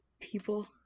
people